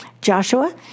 Joshua